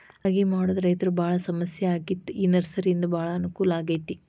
ಅಗಿ ಮಾಡುದ ರೈತರು ಬಾಳ ಸಮಸ್ಯೆ ಆಗಿತ್ತ ಈ ನರ್ಸರಿಯಿಂದ ಬಾಳ ಅನಕೂಲ ಆಗೈತಿ